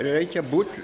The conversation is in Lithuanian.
reikia būt